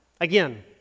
Again